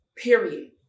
Period